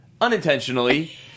unintentionally